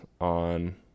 on